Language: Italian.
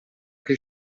che